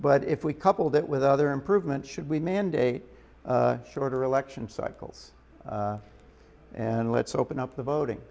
but if we couple that with other improvements should we mandate shorter election cycles and let's open up the voting